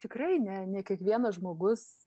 tikrai ne ne kiekvienas žmogus